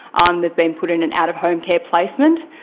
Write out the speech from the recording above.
um they've been put in and out of home care placement.